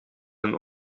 een